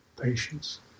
patience